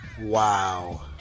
Wow